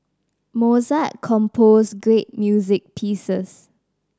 Mozart composed great music pieces